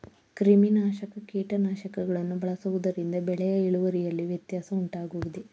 ಕ್ರಿಮಿನಾಶಕ ಕೀಟನಾಶಕಗಳನ್ನು ಬಳಸುವುದರಿಂದ ಬೆಳೆಯ ಇಳುವರಿಯಲ್ಲಿ ವ್ಯತ್ಯಾಸ ಉಂಟಾಗುವುದೇ?